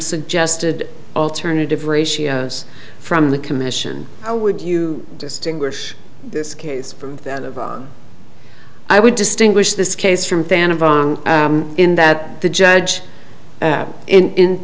suggested alternative ratios from the commission i would you distinguish this case from i would distinguish this case from fan of in that the judge